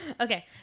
Okay